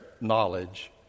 knowledge